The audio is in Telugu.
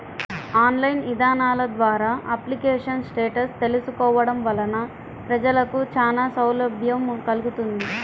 ఆన్లైన్ ఇదానాల ద్వారా అప్లికేషన్ స్టేటస్ తెలుసుకోవడం వలన ప్రజలకు చానా సౌలభ్యం కల్గుతుంది